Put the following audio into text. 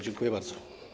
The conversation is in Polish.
Dziękuję bardzo.